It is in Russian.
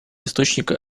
источника